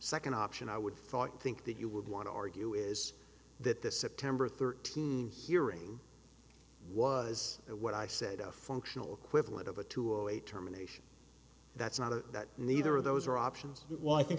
second option i would thought think that you would want to argue is that the september thirteenth hearing was what i said a functional equivalent of a two away terminations that's not it that neither of those are options that while i think